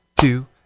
two